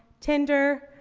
tinder,